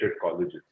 colleges